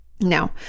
Now